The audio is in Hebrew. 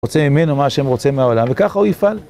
רוצה ממנו מה שהם רוצים מהעולם, וכך הוא יפעל.